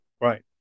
right